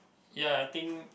ya I think